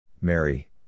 Mary